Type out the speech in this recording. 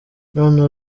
none